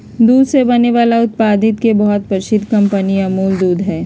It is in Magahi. दूध से बने वाला उत्पादित के बहुत प्रसिद्ध कंपनी अमूल दूध हई